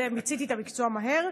מיציתי את המקצוע מהר,